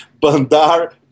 Bandar